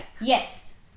Yes